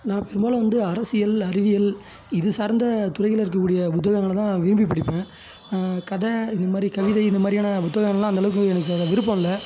நான் பெரும்பாலும் வந்து அரசியல் அறிவியல் இது சார்ந்த துறைகளில் இருக்கக்கூடிய புத்தகங்களை தான் விரும்பி படிப்பேன் கதை இந்த மாதிரி கவிதை இந்த மாதிரியான புத்தகங்கள் எல்லாம் அந்த அளவுக்கு எனக்கு அதில் விருப்பம் இல்லை